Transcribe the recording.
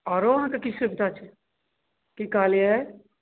आरो अहाँकेँ किछु सुविधा छै की कहलियै